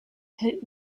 hit